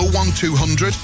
01200